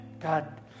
God